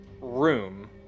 room